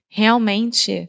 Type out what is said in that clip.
realmente